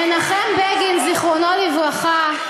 מנחם בגין, זיכרונו לברכה,